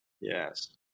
yes